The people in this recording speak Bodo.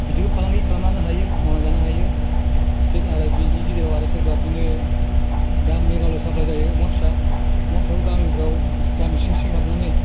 बिदिबो फालांगि खालामलांनो हायो मावनानै जानो हायो थिग आरो बेनि गेजेराव आरो सोरबा बिदिनो दा मेघालय साप्लाय जायो अमा फिसा अमा फिसाखौ गामिफोराव गामि सिं सिं हाबनानै